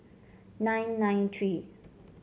nine nine three